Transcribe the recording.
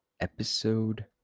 episode